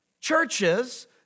churches